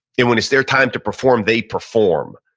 and when it's their time to perform, they perform,